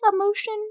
emotion